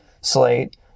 Slate